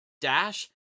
dash